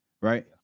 right